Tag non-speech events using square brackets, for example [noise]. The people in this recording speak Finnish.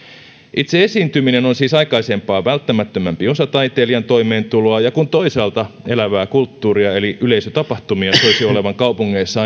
itse esiintyminen on siis aikaisempaa välttämättömämpi osa taiteilijan toimeentuloa ja kun toisaalta elävää kulttuuria eli yleisötapahtumia soisi olevan kaupungeissa [unintelligible]